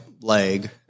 leg